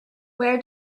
where